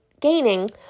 gaining